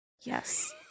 Yes